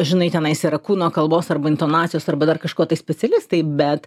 žinai tenais yra kūno kalbos arba intonacijos arba dar kažko tai specialistai bet